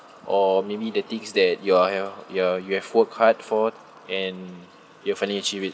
or maybe the things that your your you have worked hard for and you finally achieve it